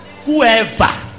Whoever